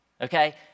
okay